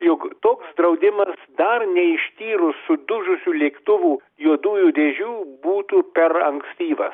jog toks draudimas dar neištyrus sudužusių lėktuvų juodųjų dėžių būtų per ankstyvas